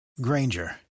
Granger